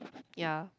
ya